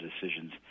decisions